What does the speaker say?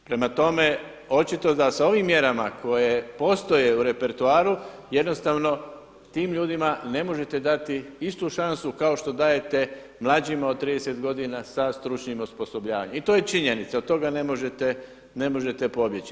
Prema tome, očito da sa ovim mjerama koje postoje u repertoaru jednostavno tim ljudima ne možete dati istu šansu kao što dajete mlađima od 30 godina sa stručnim osposobljavanjem i to je činjenica i od toga ne možete pobjeći.